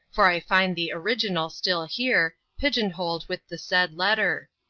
for i find the original still here, pigeonholed with the said letter.